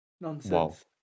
Nonsense